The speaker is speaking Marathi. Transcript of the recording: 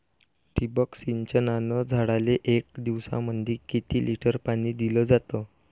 ठिबक सिंचनानं झाडाले एक दिवसामंदी किती लिटर पाणी दिलं जातं?